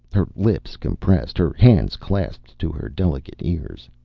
her lips compressed, her hands clasped to her delicate ears.